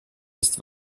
ist